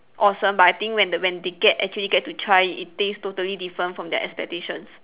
awesome but I think when when they get actually get to try it taste total different from their expectations